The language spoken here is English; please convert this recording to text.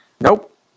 Nope